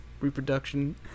reproduction